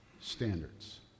standards